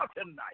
tonight